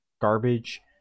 garbage